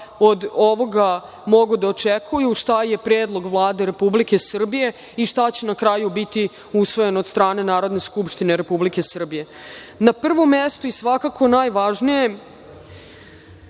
od ovoga mogu da očekuju, šta je predlog Vlade Republike Srbije i šta će na kraju biti usvojeno od strane Narodne skupštine Republike Srbije. Na prvom mestu i svakako najvažnije,